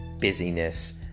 busyness